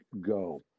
go